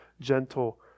gentle